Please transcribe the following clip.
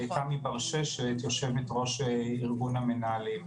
לתמי ברששת יושבת-ראש ארגון המנהלים.